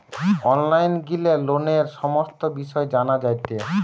online গিলে লোনের সমস্ত বিষয় জানা যায়টে